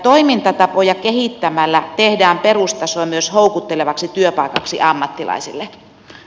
toimintatapoja kehittämällä tehdään perustasoa myös houkuttelevaksi työpaikaksi ammattilaisille